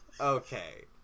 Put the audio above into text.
okay